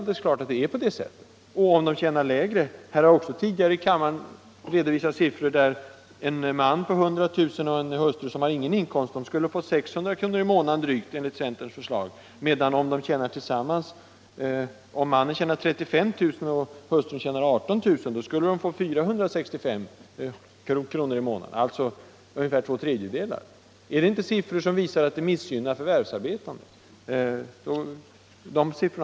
Det har också tidigare i kammaren redovisats att en man med 100 000 kr. och en hustru som inte har någon inkomst skulle få drygt 600 kr. i månaden enligt centerns förslag. Om mannen tjänar 35 000 kr. och hustrun tjänar 18 000 kr., skulle de få 465 kr. i månaden, alltså ungefär två tredjedelar. Är det inte siffror som visar att de förvärvsarbetande missgynnas?